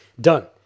done